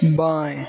बाएं